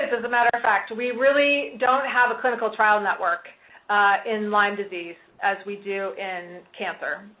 as a matter of fact. we really don't have a clinical trial network in lyme disease, as we do in cancer.